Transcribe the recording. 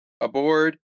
aboard